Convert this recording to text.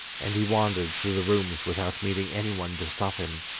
and he wandered through the rooms without meeting anyone to stop him.